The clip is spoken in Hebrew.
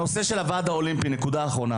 נקודה אחרונה